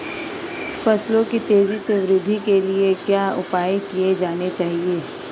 फसलों की तेज़ी से वृद्धि के लिए क्या उपाय किए जाने चाहिए?